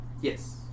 Yes